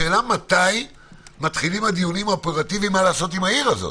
השאלה מתי מתחילים הדיונים הפרוגרסיביים מה לעשות עם העיר הזאת.